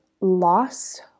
loss